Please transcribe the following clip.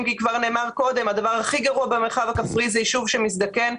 כי כבר נאמר קודם שהדבר הכי גרוע במרחב הכפרי הוא יישוב שמזדקן,